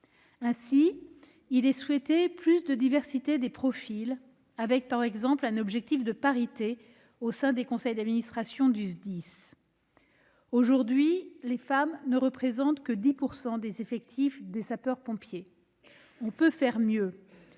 Ainsi, il fait écho au souhait d'une plus grande diversité des profils, à travers, par exemple, un objectif de parité au sein des conseils d'administration du SDIS. Aujourd'hui, les femmes ne représentent que 10 % des effectifs des sapeurs-pompiers ; on peut faire mieux,